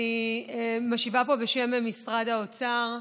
משיבה פה בשם משרד האוצר.